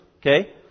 okay